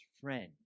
friend